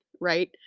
right